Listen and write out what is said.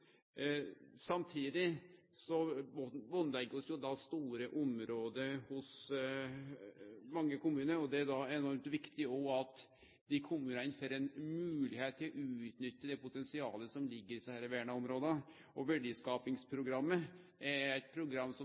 Samtidig bandlegg vi store område i mange kommunar. Da er det enormt viktig at desse kommunane òg får ei moglegheit til å utnytte det potensialet som ligg i desse verna områda. Verdiskapingsprogrammet er eit program som